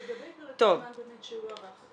לגבי פרק הזמן באמת שהוארך,